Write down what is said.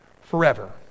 forever